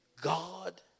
God